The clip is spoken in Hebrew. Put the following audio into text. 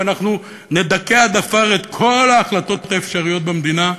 ואנחנו נדכא עד עפר את כל ההחלטות האפשריות במדינה?